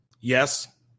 yes